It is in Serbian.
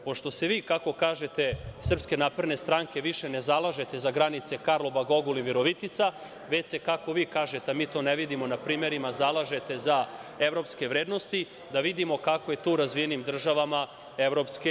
Pošto se vi, kako kažete iz SNS, više ne zalažete za granice Karlobag – Ogulin - Virovitica, već se, kako vi kažete, a mi to ne vidimo na primerima, zalažete za evropske vrednosti, da vidimo kako je to u razvijenim državama EU.